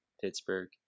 Pittsburgh